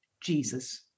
Jesus